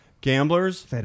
gamblers